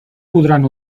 podran